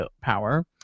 Power